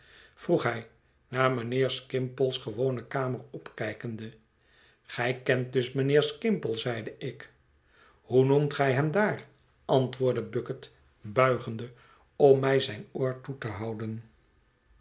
vroeg hij naar mijnheer skimpole's gewone kamer opkijkende gij kent dus mijnheer skimpole zeide ik hoe noemt gij hem daar antwoordde bucket buigende om mij zijn oor toe te houin